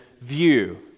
view